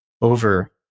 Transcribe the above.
over